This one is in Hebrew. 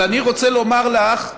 אבל אני רוצה לומר לך,